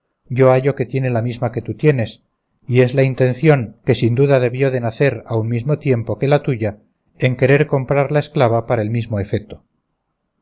yo hallo que tiene la misma que tú tienes y es la intención que sin duda debió de nacer a un mismo tiempo que la tuya en querer comprar la esclava para el mismo efeto